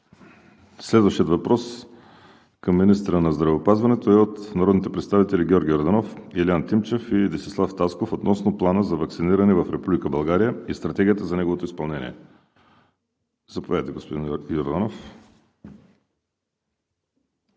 Следващият въпрос към министъра на здравеопазването е от народните представители Георги Йорданов, Илиян Тимчев и Десислав Тасков относно Плана за ваксиниране в Република България и Стратегията за неговото изпълнение. Заповядайте, господин Йорданов.